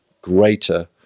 greater